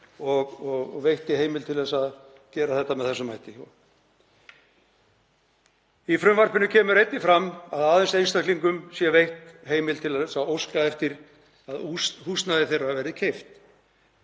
og veitti heimild til að gera þetta með þessum hætti. Í frumvarpinu kemur einnig fram að aðeins einstaklingum sé veitt heimild til að óska þess að íbúðarhúsnæði þeirra verði keypt.